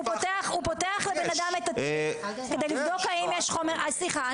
הוא פותח לבן אדם את התיק כדי לבדוק האם יש סליחה,